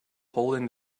holding